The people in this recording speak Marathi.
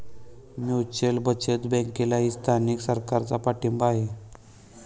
म्युच्युअल बचत बँकेलाही स्थानिक सरकारचा पाठिंबा आहे